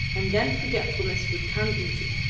and then forgetfulness would come easy.